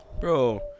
Bro